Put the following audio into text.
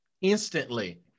Instantly